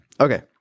Okay